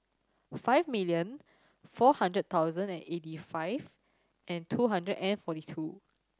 five million four hundred thousand and eighty five and two hundred and forty two